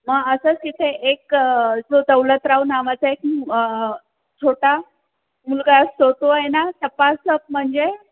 म असंच तिथे एक जो दौलतराव नावाचा एक छोटा मुलगा असतो तो आहे ना सपासप म्हणजे